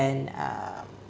and um